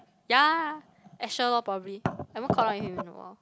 ya Asher lor probably haven't caught up with him in a while